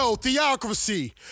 theocracy